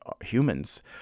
humans